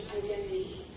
identity